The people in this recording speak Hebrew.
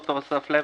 אני ד"ר אסף לוי,